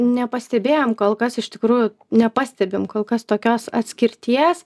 nepastebėjom kol kas iš tikrųjų nepastebim kol kas tokios atskirties